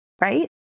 right